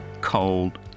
cold